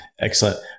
Excellent